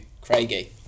Craigie